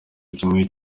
kimwe